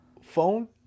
phone